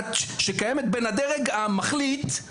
ובואו נשים את הפוליטיקה